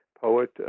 poet